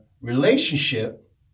relationship